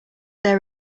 their